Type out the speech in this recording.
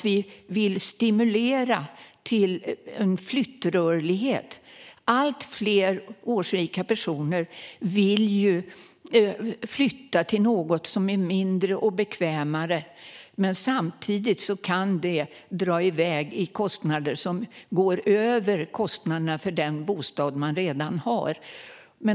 Vi vill stimulera till flyttrörlighet. Allt fler årsrika personer vill ju flytta till något som är mindre och bekvämare, men kostnaderna för det kan dra iväg och överstiga kostnaderna för den bostad man redan har.